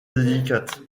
délicate